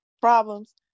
problems